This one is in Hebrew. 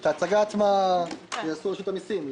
את ההצגה עצמה יעשו אנשי רשות המסים.